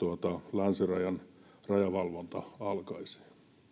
länsirajan rajavalvonta alkaisi